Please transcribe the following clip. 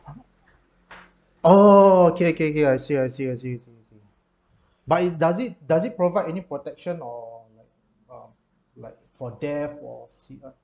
oh K K K I see I see I see but it does it does it provide any protection or like uh like for death or for